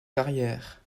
carrière